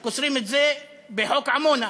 שקושרים את זה לחוק עמונה,